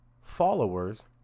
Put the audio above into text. followers